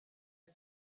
dal